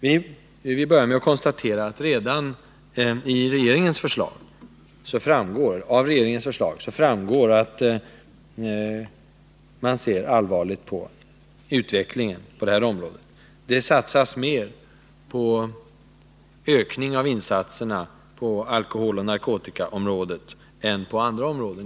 Till att börja med kan vi konstatera att det redan av regeringens förslag framgår att man ser allvarligt på utvecklingen på det här området. I årets budget satsas mer pengar på en ökning av insatserna på alkoholoch narkotikaområdet än på andra områden.